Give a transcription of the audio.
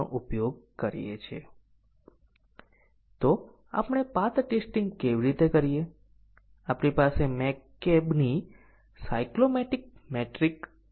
જેમ હું કહી રહ્યો હતો કે પ્રથમ વસ્તુ એ છે કે પ્રોગ્રામમાં લેવાયેલા નિર્ણયને સાચું અને ખોટું મૂલ્ય લેવું આવશ્યક છે